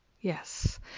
yes